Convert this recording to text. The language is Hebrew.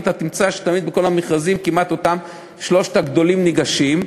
אתה תמצא שתמיד בכל המכרזים כמעט אותם שלושת הגדולים ניגשים.